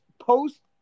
post